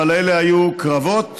אבל אלה היו קרבות